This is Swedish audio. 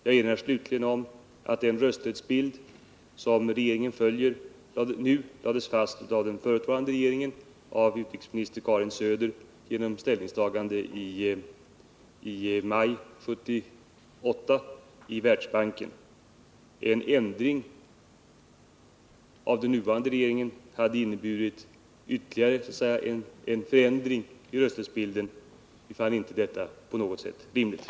Jag erinrar slutligen om att den röstningsprincip som regeringen nu följer lades fast av den förutvarande regeringen genom utrikesminister Karin Söders ställningstagande i maj 1978 i Världsbanken. En ändring vidtagen av den nuvarande regeringen skulle ha inneburit ytterligare en förändring i röstbilden, i fall det hela inte på något sätt läggs fast.